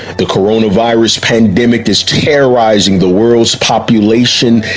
the corona virus pandemic is terrorizing the world's population,